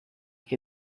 che